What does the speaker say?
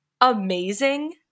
amazing